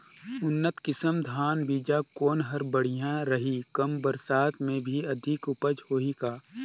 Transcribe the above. उन्नत किसम धान बीजा कौन हर बढ़िया रही? कम बरसात मे भी अधिक उपज होही का?